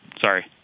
Sorry